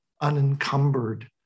unencumbered